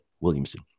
Williamson